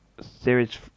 series